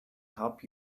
help